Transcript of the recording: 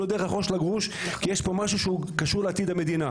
לא דרך החור של הגרוש כי יש פה משהו שקשור לעתיד המדינה.